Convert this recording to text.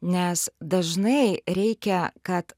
nes dažnai reikia kad